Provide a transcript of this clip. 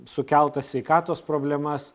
sukeltas sveikatos problemas